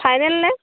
final নে